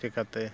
ᱪᱤᱠᱟᱹᱛᱮ